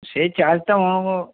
সেই চার্জটাও